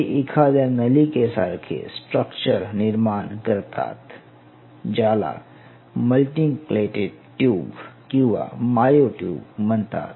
ते एखाद्या नलीके सारखे स्ट्रक्चर निर्माण करतात ज्याला मल्टीनक्लेटेड ट्यूब किंवा मायओ ट्यूब म्हणतात